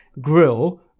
grill